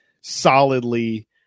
solidly